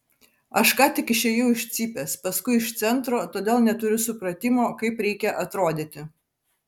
aš ką tik išėjau iš cypės paskui iš centro todėl neturiu supratimo kaip reikia atrodyti